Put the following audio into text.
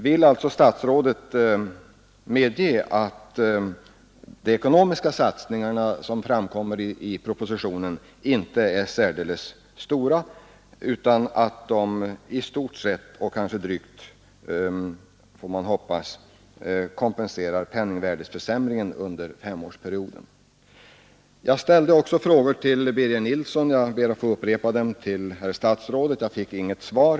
Vill alltså statsrådet medge att de ekonomiska satsningar som framkommer i propositionen inte är särdeles stora, utan i stort sett — kanske drygt, får man hoppas — kompenserar penningvärdeförsämringen under femårsperioden i jämförelse med tiden 1970-1973. Jag ställde frågor till herr Birger Nilsson i Östersund men fick inget svar.